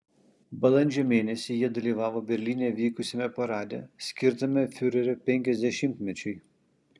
balandžio mėnesį jie dalyvavo berlyne vykusiame parade skirtame fiurerio penkiasdešimtmečiui